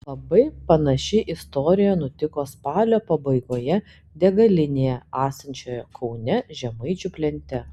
labai panaši istorija nutiko spalio pabaigoje degalinėje esančioje kaune žemaičių plente